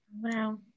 wow